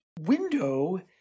window